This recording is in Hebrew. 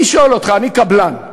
אני שואל אותך: אני קבלן,